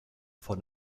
von